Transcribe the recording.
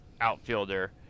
outfielder